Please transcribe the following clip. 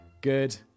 Good